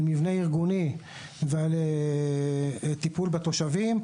על מבנה ארגוני ועל טיפול בתושבים.